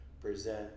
present